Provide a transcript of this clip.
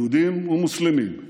יהודים ומוסלמים,